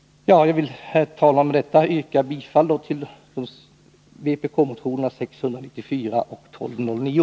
Herr talman! Med detta yrkar jag bifall till vpk-motionerna 694 och 1209.